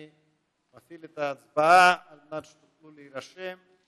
אני מפעיל את ההצבעה על מנת שתוכלו להירשם.